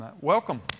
Welcome